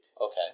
Okay